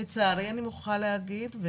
לצערי אני מוכרחה להגיד,